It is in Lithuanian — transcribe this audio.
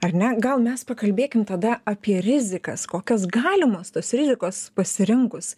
ar ne gal mes pakalbėkim tada apie rizikas kokios galimos tos rizikos pasirinkus